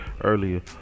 earlier